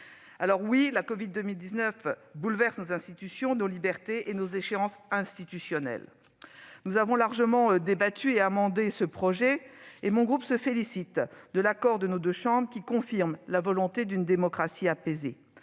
mois. Oui, l'épidémie bouleverse nos institutions, nos libertés publiques et nos échéances institutionnelles ! Nous avons largement débattu et amendé ce projet de loi, et mon groupe se félicite de l'accord de nos deux chambres, qui confirme la volonté d'une démocratie apaisée.